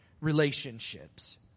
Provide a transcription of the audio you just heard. relationships